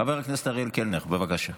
חבר הכנסת אריאל קלנר, בבקשה.